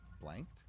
blanked